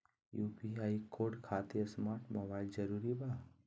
UPI code खातिर smart mobile जरूरी बा?